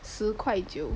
十块九